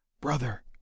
brother